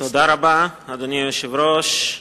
אדוני היושב-ראש,